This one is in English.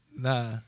Nah